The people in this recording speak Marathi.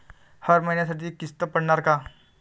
हर महिन्यासाठी किस्त पडनार का?